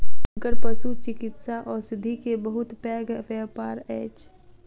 हुनकर पशुचिकित्सा औषधि के बहुत पैघ व्यापार अछि